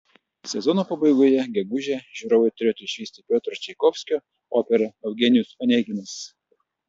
sezono pabaigoje gegužę žiūrovai turėtų išvysti piotro čaikovskio operą eugenijus oneginas